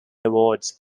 awards